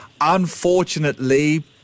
Unfortunately